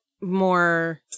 more –